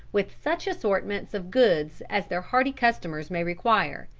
with such assortments of goods as their hardy customers may require,